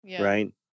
Right